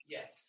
Yes